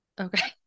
Okay